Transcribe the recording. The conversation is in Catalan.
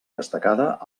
destacada